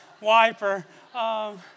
wiper